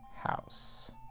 house